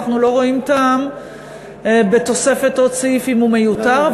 אנחנו לא רואים טעם בתוספת עוד סעיף אם הוא מיותר,